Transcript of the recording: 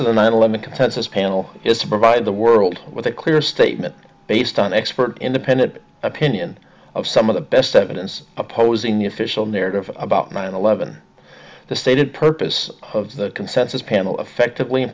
of the nine eleven consensus panel is to provide the world with a clear statement based on expert independent opinion of some of the best evidence opposing the official narrative about nine eleven the stated purpose of the consensus panel effectively